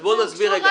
אז נסביר.